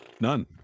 None